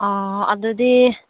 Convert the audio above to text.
ꯑꯥ ꯑꯗꯨꯗꯤ